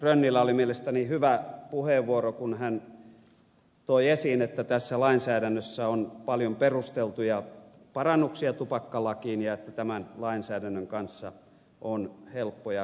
rönnillä oli mielestäni hyvä puheenvuoro kun hän toi esiin että tässä lainsäädännössä on paljon perusteltuja parannuksia tupakkalakiin ja että tämän lainsäädännön kanssa on helppo ja hyvä elää